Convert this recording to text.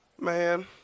man